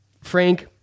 Frank